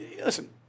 Listen